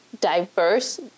diverse